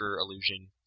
illusion